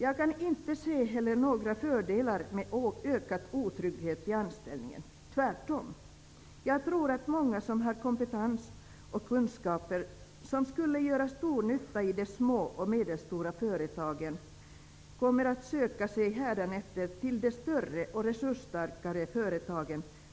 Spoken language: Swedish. Jag kan inte heller se några fördelar med ökad otrygghet i anställningen -- tvärtom. Jag tror att många med kompetens och kunskaper som skulle göra stor nytta i de små och medelstora företagen hädanefter kommer att söka sig till de större och resursstarkare företagen.